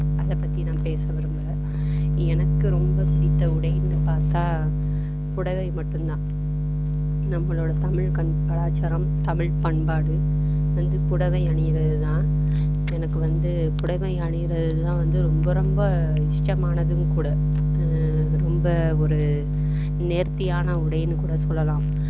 அதை பற்றி நான் பேச விரும்பலை எனக்கு ரொம்ப பிடித்த உடைன்னு பார்த்தா புடவை மட்டுந்தான் நம்மளோடய தமிழ் கலாச்சாரம் தமிழ் பண்பாடு வந்து புடவை அணிகிறதுதான் எனக்கு வந்து புடவை அணிகிறதுதான் வந்து ரொம்ப ரொம்ப இஷ்டமானதும் கூட ரொம்ப ஒரு நேர்த்தியான உடைன்னு கூட சொல்லலாம்